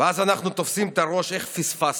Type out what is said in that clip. ואז אנחנו תופסים את הראש: איך פספסנו,